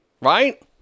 Right